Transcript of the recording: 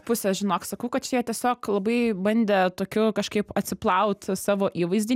pusės žinok sakau kad čia tiesiog labai bandė tokiu kažkaip atsiplaut savo įvaizdį